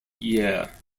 year